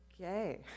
Okay